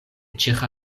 ĉeĥa